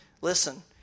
Listen